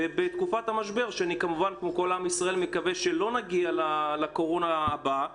ובתקופת המשבר אני כמובן כמו כל עם ישראל מקווה שלא נגיע לקורונה הבאה